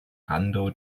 rando